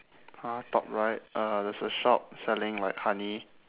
!huh! top right uh there's a shop selling like honey